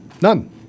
None